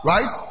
Right